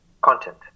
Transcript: content